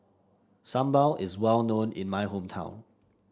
sambal is well known in my hometown